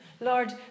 Lord